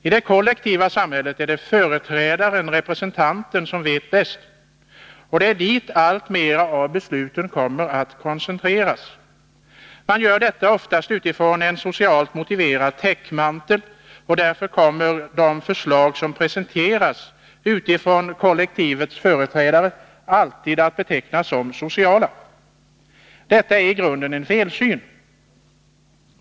I det kollektiva samhället är det företrädaren-representanten som vet bäst, och det är dit alltmera av besluten kommer att koncentreras. Man gör detta oftast utifrån en socialt motiverad täckmantel, och därför kommer de förslag som presenteras av kollektivets företrädare alltid att betecknas som sociala. Detta är i grunden en felsyn.